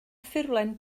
ffurflen